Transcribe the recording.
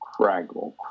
Craggle